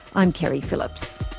i'm keri phillips